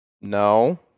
No